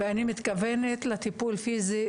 ואני מתכוונת לטיפול פיסי,